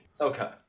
Okay